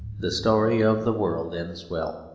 the story of the world ends well.